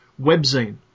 webzine